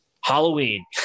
Halloween